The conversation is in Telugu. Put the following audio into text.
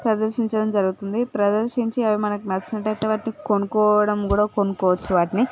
ప్రదర్శించడం జరుగుతుంది ప్రదర్శించినవి మనకు నచ్చినట్లయితే వాటిని కొనుకోవడం కూడా కొనుకోవచ్చు వాటిని